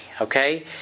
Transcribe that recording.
okay